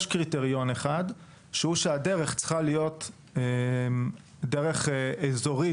יש קריטריון אחד והוא שהדרך צריכה להיות דרך אזורית,